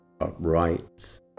upright